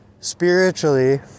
spiritually